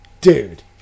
dude